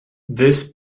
this